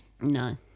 No